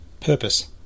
Purpose